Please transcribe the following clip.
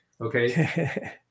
Okay